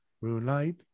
Moonlight